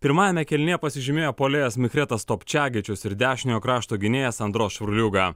pirmajame kėlinyje pasižymėjo puolėjas mihretas topčagičius ir dešiniojo krašto gynėjas andro švrljuga